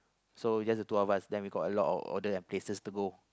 so it's just the two of us then we got a lot of order and places to go